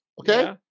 okay